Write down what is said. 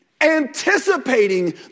anticipating